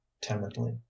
timidly